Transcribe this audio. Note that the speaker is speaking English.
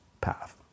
path